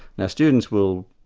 now students will,